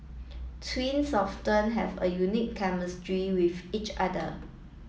twins often have a unique chemistry with each other